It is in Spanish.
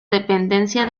dependencia